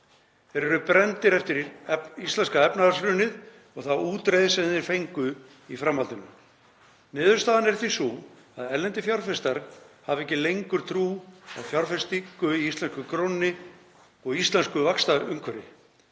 Þeir eru brenndir eftir íslenska efnahagshrunið og þá útreið sem þeir fengu í framhaldinu. Niðurstaðan er því sú að erlendir fjárfestar hafa ekki lengur trú á fjárfestingu í íslensku krónunni og íslensku vaxtaumhverfi.